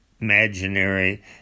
imaginary